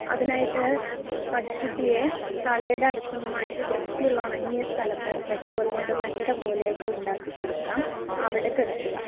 അതിനായിട്ട് പശുക്കുട്ടിയെ തള്ളയുടെ അടുത്തുനിന്ന് മാറ്റി വൃത്തിയുള്ള ഉണങ്ങിയ സ്ഥലത്ത് വൈക്കോൽ കൊണ്ട് മെത്ത പോലെയൊക്കെ ഉണ്ടാക്കി കൊടുക്കാം അവിടെ കിടത്തുക